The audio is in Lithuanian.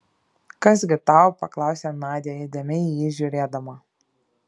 kas gi tau paklausė nadia įdėmiai į jį žiūrėdama